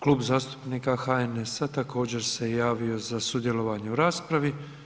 Klub zastupnika HNS-a također se javio za sudjelovanje u raspravi.